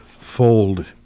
fold